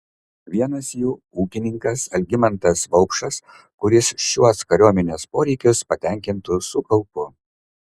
vienas jų ūkininkas algimantas vaupšas kuris šiuos kariuomenės poreikius patenkintų su kaupu